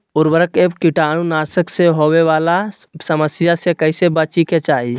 उर्वरक एवं कीटाणु नाशक से होवे वाला समस्या से कैसै बची के चाहि?